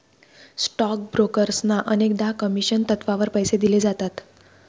stock ब्रोकर्सना अनेकदा commission तत्त्वावर पैसे दिले जातात